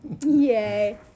Yay